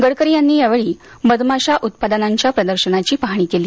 गडकरी यांनी यावेळी मधमाशा उत्पादनाच्या प्रदर्शनाची पाहणी केली